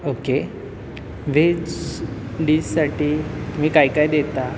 okay veg डिशसाठी तुम्ही काय काय देता